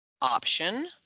option